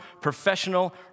professional